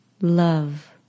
love